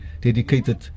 dedicated